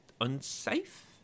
unsafe